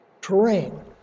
terrain